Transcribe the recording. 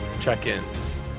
check-ins